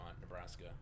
Nebraska